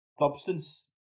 substance